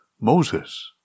Moses